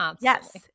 Yes